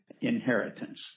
inheritance